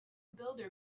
builder